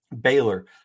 Baylor